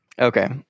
okay